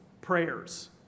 prayers